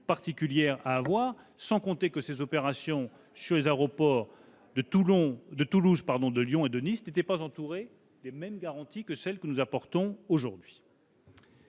particulier d'inquiétude, sans compter que les opérations sur les aéroports de Toulouse, Lyon et Nice n'étaient pas entourées des mêmes garanties que celles que nous apportons aujourd'hui.